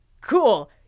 cool